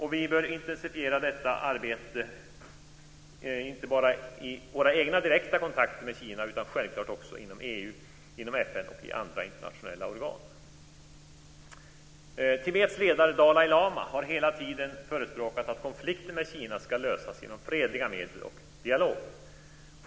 Och vi bör intensifiera detta arbete inte bara i våra egna direkta kontakter med Kina utan självklart också inom EU, inom FN och i andra internationella organ. Tibets ledare Dalai lama har hela tiden förespråkat att konflikten med Kina ska lösas genom fredliga medel och dialog.